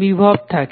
বিভভ থাকে